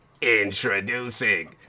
Introducing